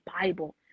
Bible